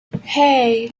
hey